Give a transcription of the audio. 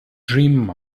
dream